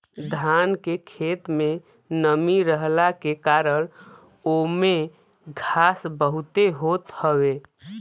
धान के खेत में नमी रहला के कारण ओमे घास बहुते होत हवे